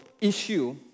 issue